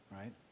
right